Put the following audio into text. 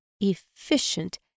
efficient